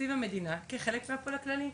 מתקציב המדינה כחלק מהפול הכללי.